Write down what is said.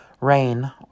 Rain